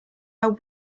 know